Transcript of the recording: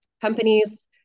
companies